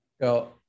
go